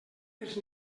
els